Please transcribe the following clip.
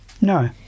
No